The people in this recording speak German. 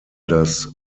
das